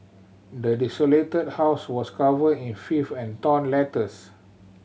the desolated house was covered in fifth and torn letters